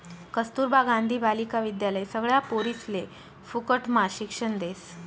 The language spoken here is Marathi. कस्तूरबा गांधी बालिका विद्यालय सगळ्या पोरिसले फुकटम्हा शिक्षण देस